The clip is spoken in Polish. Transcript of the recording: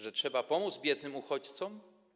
Że trzeba pomóc biednym uchodźcom?